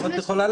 לא הבנתי.